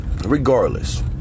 Regardless